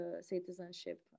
citizenship